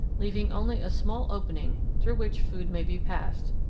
leaving only a small opening through which food may be passed.